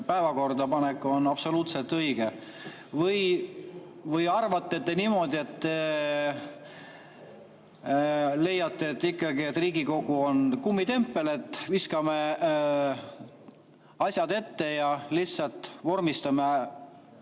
päevakorda panek on absoluutselt õige. Või arvate te niimoodi, leiate ikkagi, et Riigikogu on kummitempel, viskame asjad ette ja lihtsalt vormistame